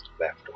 left